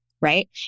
right